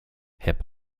hip